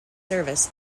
service